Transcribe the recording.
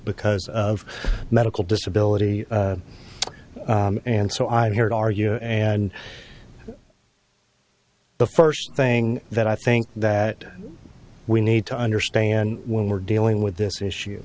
because of medical disability and so i am here to argue and the first thing that i think that we need to understand when we're dealing with this issue